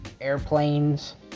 airplanes